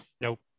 Nope